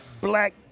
black